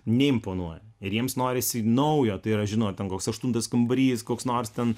neimponuoja ir jiems norisi naujo tai yra žinoma ten koks aštuntas kambarys koks nors ten